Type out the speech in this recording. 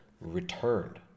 returned